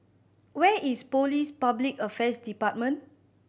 where is Police Public Affairs Department